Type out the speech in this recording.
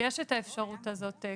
בנסיבות מיוחדות, לפי